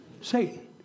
Satan